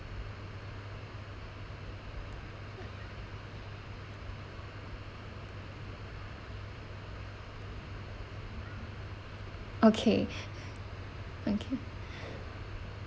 okay okay